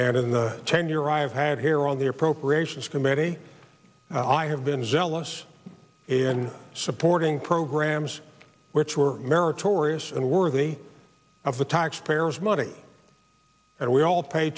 and in the ten year i've had here on the appropriations committee i have been zealous in supporting programs which were meritorious and worthy of the taxpayers money and we all pay